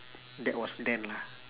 that was then lah